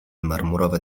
marmurowe